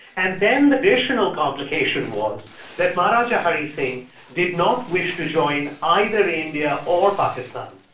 and then the additional complication was that maharajah hari sing did not wish to join either india or pakistan.